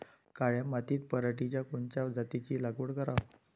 काळ्या मातीत पराटीच्या कोनच्या जातीची लागवड कराव?